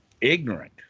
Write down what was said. ignorant